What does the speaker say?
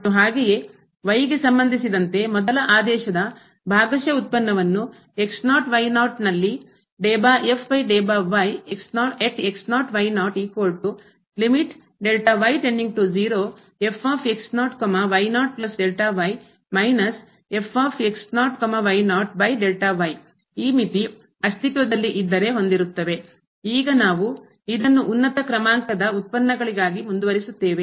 ಮತ್ತು ಹಾಗೆಯೇ y ಗೆ ಸಂಬಂಧಿಸಿದಂತೆ ಮೊದಲ ಆದೇಶದ ಭಾಗಶಃ ಉತ್ಪನ್ನವನ್ನು ನಲ್ಲಿ ಮಿತಿ ಅಸ್ತಿತ್ವದಲ್ಲಿ ಇದ್ದರೆ ಹೊಂದಿರುತ್ತವೆ ಈಗ ನಾವು ಇದನ್ನು ಉನ್ನತ ಕ್ರಮಾಂಕದ ಉತ್ಪನ್ನಗಳಿಗಾಗಿ ಮುಂದುವರಿಸುತ್ತೇವೆ